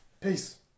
Peace